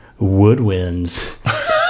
woodwinds